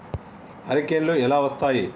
హరికేన్లు ఎలా వస్తాయి?